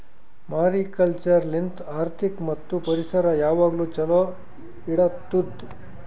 mariculture ಲಿಂತ್ ಆರ್ಥಿಕ ಮತ್ತ್ ಪರಿಸರ ಯಾವಾಗ್ಲೂ ಛಲೋ ಇಡತ್ತುದ್